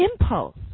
impulse